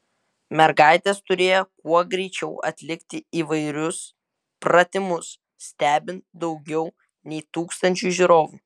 mergaitės turėjo kuo greičiau atlikti įvairius pratimus stebint daugiau nei tūkstančiui žiūrovų